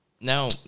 Now